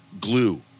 Glue